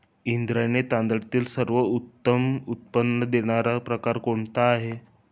इंद्रायणी तांदळातील सर्वोत्तम उच्च उत्पन्न देणारा प्रकार कोणता आहे?